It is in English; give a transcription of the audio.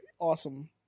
awesome